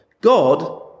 God